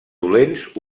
dolents